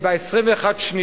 אני אנצל את 21 השניות